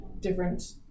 different